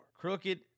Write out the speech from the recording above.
Crooked